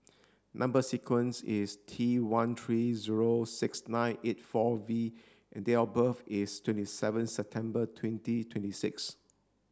number sequence is T one three zero six nine eight four V and date of birth is twenty seven September twenty twenty six